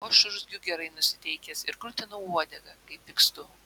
o aš urzgiu gerai nusiteikęs ir krutinu uodegą kai pykstu